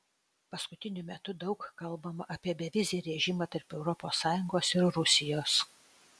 paskutiniu metu daug kalbama apie bevizį režimą tarp europos sąjungos ir rusijos